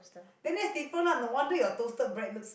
then that's different lah no wonder your toasted bread looks